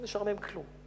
לא נשאר מהם כלום.